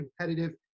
competitive